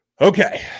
Okay